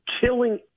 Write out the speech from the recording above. killing